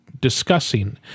discussing